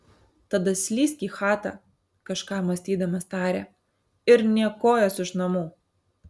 tada slysk į chatą kažką mąstydamas tarė ir nė kojos iš namų